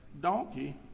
donkey